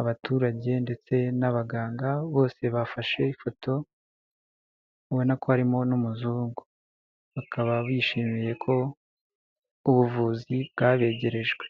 abaturage ndetse n'abaganga bose bafashe ifoto ubona ko harimo n'umuzungu. Bakaba bishimiye ko ubuvuzi bwabegerejwe.